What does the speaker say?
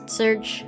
search